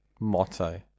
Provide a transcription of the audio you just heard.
motto